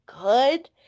good